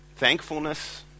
thankfulness